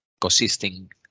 consisting